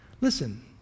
Listen